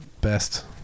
best